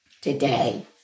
Today